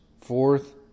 fourth